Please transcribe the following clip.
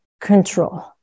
control